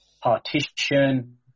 partition